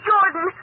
Jordan